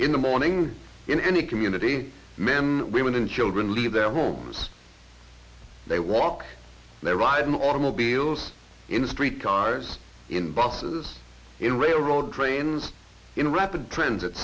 in the mornings in any community men women and children leave their homes they walk their ride in automobiles in the street cars in boxes in railroad trains in rapid transit